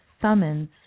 summons